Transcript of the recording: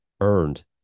earned